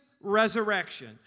resurrection